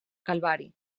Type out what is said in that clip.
calvari